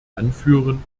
anführen